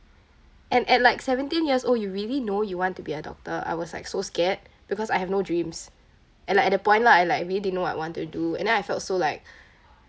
and at like seventeen years old you really know you want to be a doctor I was like so scared because I have no dreams and like at the point lah I like I really didn't know what I wanted to do and then I felt so like